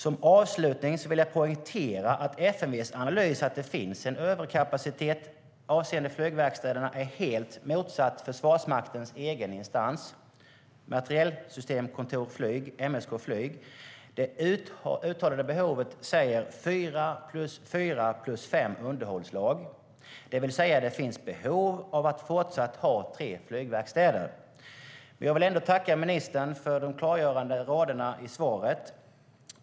Som avslutning vill jag poängtera att FMV:s analys att det finns en överkapacitet avseende flygverkstäderna är helt motsatt Försvarsmaktens egen instans, Materielsystemkontor Flyg, MSK Flyg. Det uttalade behovet säger fyra plus fyra plus fem underhållslag. Det vill säga att det finns behov av att fortsatt ha tre flygverkstäder. Jag vill ändå tacka ministern för de klargörande raderna i svaret.